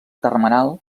termenal